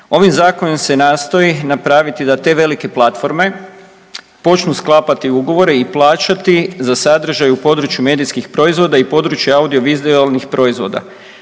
Ovim zakonom se nastoji napraviti da te velike platforme počinju sklapati ugovore i plaćati za sadržaj u području medijskih proizvoda i područja audio vizualnih proizvoda.